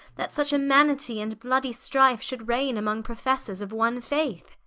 that such immanity and bloody strife should reigne among professors of one faith